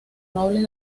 nobles